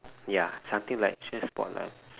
ya something like cheer sport lah